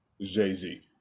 Jay-Z